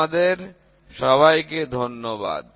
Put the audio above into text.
তোমাদের সবাইকে ধন্যবাদ